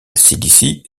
cilicie